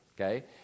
okay